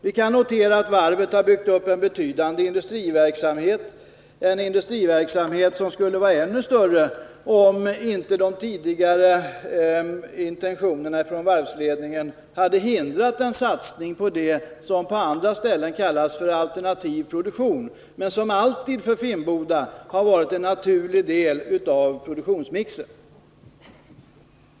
Vi kan notera att varvet har byggt upp en betydande industriverksamhet, en industriverksamhet som skulle vara ännu större, om inte varvsledningens tidigare intentioner hade hindrat en satsning på sådant som på andra ställen kallas alternativ produktion men som för Finnboda alltid varit en naturlig del av produktionsmixen.